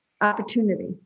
opportunity